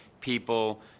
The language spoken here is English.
people